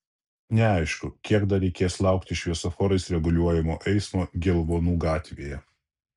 neaišku kiek dar reikės laukti šviesoforais reguliuojamo eismo gelvonų gatvėje